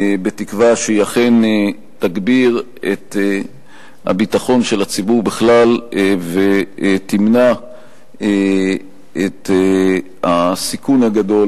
בתקווה שהיא אכן תגביר את ביטחון הציבור בכלל ותמנע את הסיכון הגדול